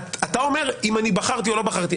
אתה אומר אם אני בחרתי או לא בחרתי,